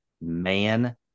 man